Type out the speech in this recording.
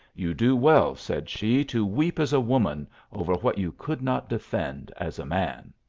you do well, said she, to weep as a woman over what you could not defend as a man!